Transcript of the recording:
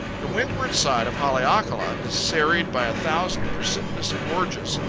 the windward side of haleakala is serried by a thousand precipitous gorges,